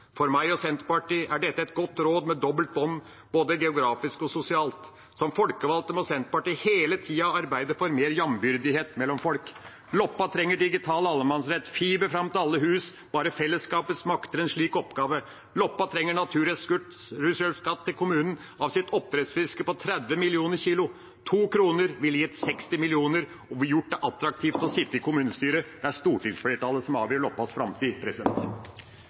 For meg og Senterpartiet er dette et godt råd med dobbelt bunn – både geografisk og sosialt. Som folkevalgte må Senterpartiet hele tida arbeide for mer jevnbyrdighet mellom folk. Loppa trenger digital allemannsrett – fiber fram til alle hus. Bare fellesskapet makter en slik oppgave. Loppa trenger naturressursskatt til kommunen av sitt oppdrettsfiske på 30 mill. kilo. 2 kr per kilo ville gitt 60 mill. kr og gjort det attraktivt å sitte i kommunestyret. Det er stortingsflertallet som avgjør Loppas framtid.